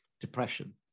depression